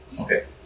Okay